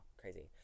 Crazy